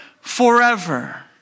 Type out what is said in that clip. forever